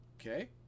okay